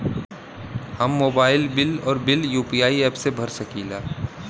हम mobile bill और bill UPI app से भर सकिला